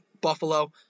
Buffalo